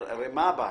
מה הבעיה?